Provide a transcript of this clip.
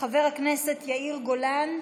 חבר הכנסת יאיר גולן,